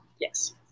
yes